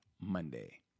monday